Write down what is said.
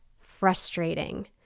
frustrating